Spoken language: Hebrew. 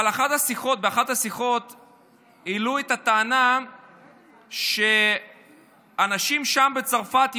אבל באחת השיחות העלו את הטענה שאנשים שם בצרפת,